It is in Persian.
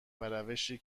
روشی